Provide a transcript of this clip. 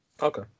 Okay